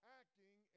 acting